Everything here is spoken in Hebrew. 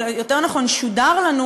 או יותר נכון שודר לנו,